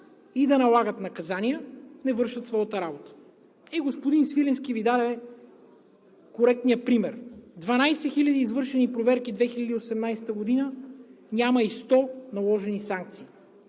и да налагат наказания, не вършат своята работа. Господин Свиленски Ви даде коректен пример – за 12 хиляди извършени проверки през 2018 г., няма и 100 наложени санкции.